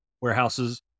warehouses